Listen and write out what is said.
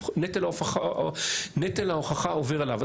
נטל ההוכחה עובר אליו.